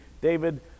David